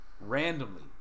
Randomly